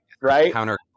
right